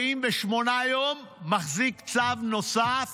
248 יום הבן שלי מחזיק צו נוסף